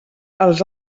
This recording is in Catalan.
els